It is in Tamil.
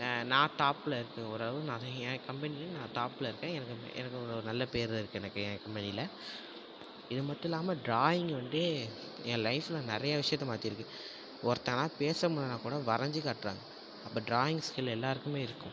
நான் டாப்பில் இருக்கேன் ஓரளவு நான் அது ஏன் கம்பெனியில நான் டாப்பில் இருக்கேன் எனக்கு எனக்கு ஒரு ஒரு நல்ல பேர் இருக்கு எனக்கு ஏன் கம்பெனியில இது மட்டும் இல்லாமல் ட்ராயிங் வந்து ஏன் லைஃப்பில் நிறையா விஷயத்த மாற்றிருக்கு ஒருத்தனால பேச முடியலன்னா கூட வரைஞ்சு காட்டுறாங்க அப்போ ட்ராயிங் ஸ்கில் எல்லாருக்குமே இருக்கு